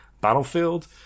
Battlefield